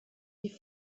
die